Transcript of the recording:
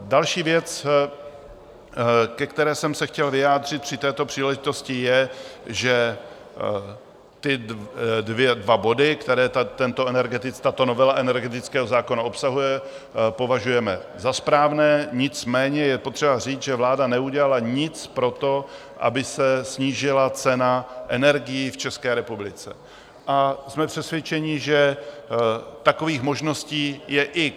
Další věc, ke které jsem se chtěl vyjádřit při této příležitosti, je, že ty dva body, které tato novela energetického zákona obsahuje, považujeme za správné, nicméně je potřeba říct, že vláda neudělala nic pro to, aby se snížila cena energií v České republice, a jsme přesvědčeni, že takových možností je x.